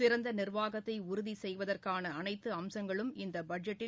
சிறந்த நிர்வாகத்தை உறுதி செய்வதற்கான அனைத்து அம்சங்களும் இந்த பட்ஜெட்டில்